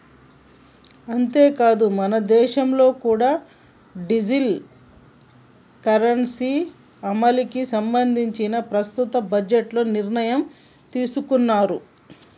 అంతేకాదు మనదేశంలో కూడా డిజిటల్ కరెన్సీ అమలుకి సంబంధించి ప్రస్తుత బడ్జెట్లో నిర్ణయం తీసుకున్నారు